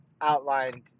outlined